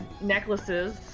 necklaces